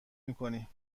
میکنی